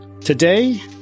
Today